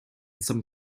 some